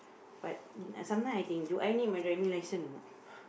but uh some time I think do I need my driving license or not